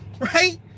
Right